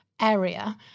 area